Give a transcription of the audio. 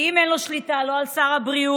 כי אם אין לו שליטה על שר הבריאות,